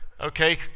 Okay